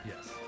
Yes